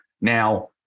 Now